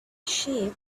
sheep